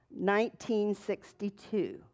1962